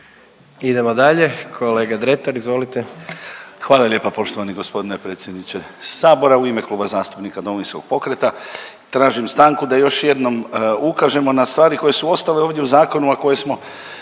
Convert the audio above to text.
Izvolite. **Dretar, Davor (DP)** Hvala lijepa poštovani gospodine predsjedniče Sabora. U ime Kluba zastupnika Domovinskog pokreta tražim stanku da još jednom ukažemo na stvari koje su ostale ovdje u zakonu, a koje smo